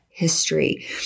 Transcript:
History